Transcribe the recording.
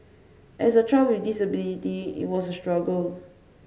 as a child with disability it was a struggle